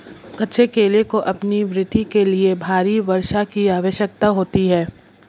कच्चे केले को अपनी वृद्धि के लिए भारी वर्षा की आवश्यकता होती है